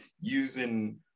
using